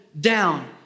down